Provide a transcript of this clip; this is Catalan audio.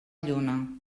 lluna